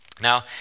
Now